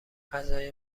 غذای